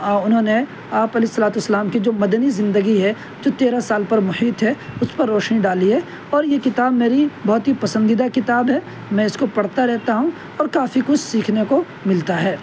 انہوں نے آپ علیہ الصلاۃ والسلام کی جو مدنی زندگی ہے جو تیرہ سال پر محیط ہے اس پر روشنی ڈالی ہے اور یہ کتاب میری بہت ہی پسندیدہ کتاب ہے میں اس کو پڑھتا رہتا ہوں اور کافی کچھ سیکھنے کو ملتا ہے